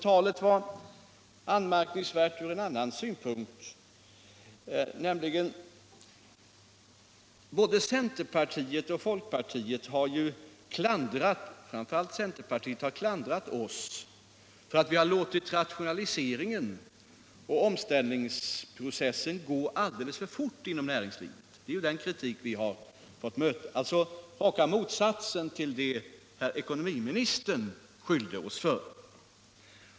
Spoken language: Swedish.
Talet var också anmärkningsvärt även från en annan synpunkt. Både centerpartiet och folkpartiet — framför allt centerpartiet — har klandrat oss för att vi låtit rationaliseringen och omställningsprocessen fortgå alldeles för snabbt inom näringslivet. Det är den kritik vi fått möta — alltså raka motsatsen till det som ekonomiministern beskyllde oss för.